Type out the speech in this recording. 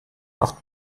acht